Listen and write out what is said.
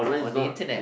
on the internet